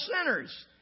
sinners